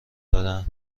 دادهاند